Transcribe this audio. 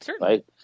right